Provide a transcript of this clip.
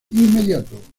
inmediato